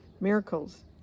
miracles